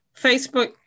Facebook